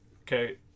okay